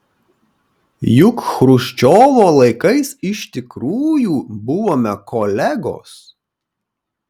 juk chruščiovo laikais iš tikrųjų buvome kolegos